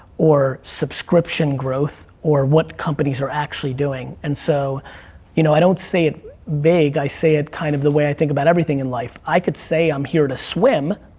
or subscription growth, or what companies are actually doing. and so you know i don't say it vague, i say it kind of the way i think about everything in life. i could say i'm here to swim,